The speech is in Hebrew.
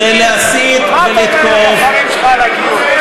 מה אתה אומר לבוחרים שלך על הוויתור?